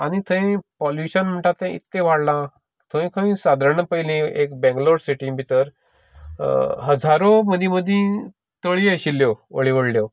तें पोल्यूशन म्हणटा तें इतकें वाडलां खंय खंय साधारण पयलीं एक बेंगलोर सिटीन भितर हजारो मदीं मदीं तळी आशिल्ल्यो व्होडल्यो व्होडल्यो